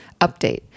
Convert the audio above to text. update